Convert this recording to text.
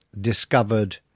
discovered